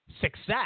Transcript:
success